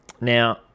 Now